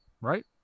right